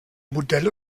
modelle